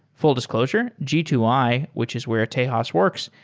full disclosure, g two i, which is where tejas works,